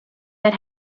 that